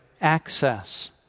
access